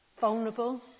Vulnerable